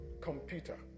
computer